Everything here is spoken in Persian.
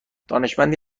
دانشمندی